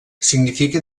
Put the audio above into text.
significa